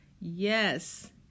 Yes